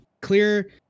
clear